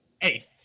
eighth